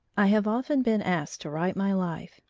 i have often been asked to write my life,